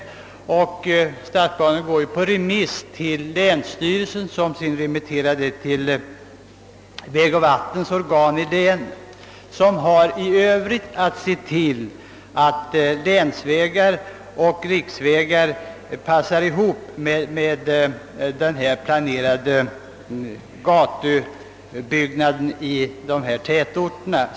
Därefter går den upprättade stadsplanen på remiss till länsstyrelsen, som i sin tur remitterar den till de vägoch vattenbyggnadsstyrelsens organ i länet vilka har att se till att länsvägar och riksvägar passar samman med de planerade gatusystemen inom ifrågavarande tätorter.